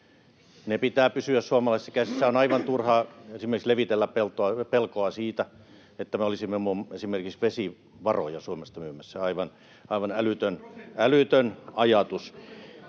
pitää pysyä suomalaisissa käsissä. On aivan turha esimerkiksi levitellä pelkoa siitä, että me olisimme esimerkiksi vesivaroja Suomesta myymässä. Aivan älytön ajatus.